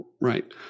Right